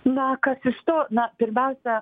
na kas iš to na pirmiausia